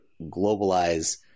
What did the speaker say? globalize